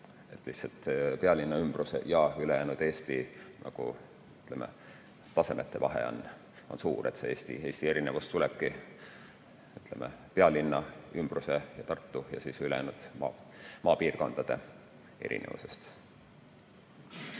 pealinna ümbruse ja ülejäänud Eesti taseme vahe on suur. Eesti erinevus tulebki pealinna ümbruse ja Tartu ja ülejäänud piirkondade erinevusest.